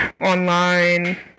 online